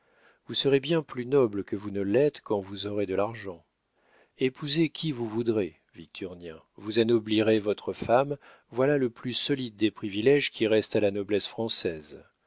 vous serez bien plus nobles que vous ne l'êtes quand vous aurez de l'argent épousez qui vous voudrez victurnien vous anoblirez votre femme voilà le plus solide des priviléges qui restent à la noblesse française